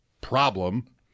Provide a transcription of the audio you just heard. problem